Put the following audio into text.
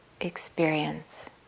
experience